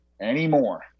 anymore